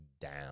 down